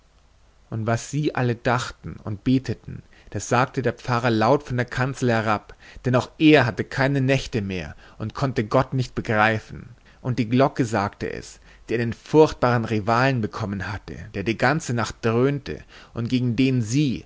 und was sie alle dachten und beteten das sagte der pfarrer laut von der kanzel herab denn auch er hatte keine nächte mehr und konnte gott nicht begreifen und die glocke sagte es die einen furchtbaren rivalen bekommen hatte der die ganze nacht dröhnte und gegen den sie